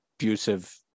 abusive